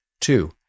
Two